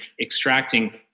extracting